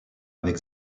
avec